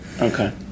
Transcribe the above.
Okay